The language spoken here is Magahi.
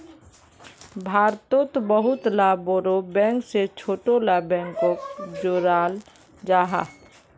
भारतोत बहुत ला बोड़ो बैंक से छोटो ला बैंकोक जोड़ाल जाहा